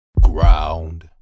ground